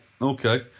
Okay